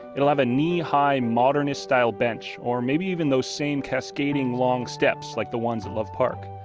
it'll have a knee-high modernist style bench, or maybe even though same cascading long steps like the ones at love park.